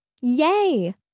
Yay